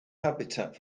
habitat